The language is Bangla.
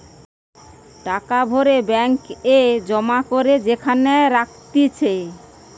টাকা ভরে ব্যাঙ্ক এ জমা করে যেখানে রাখতিছে